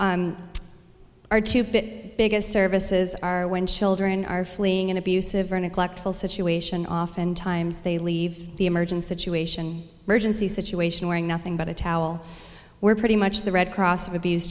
are two bit biggest services are when children are fleeing an abusive or neglectful situation often times they leave the emergency situation urgency situation wearing nothing but a towel were pretty much the red cross of abuse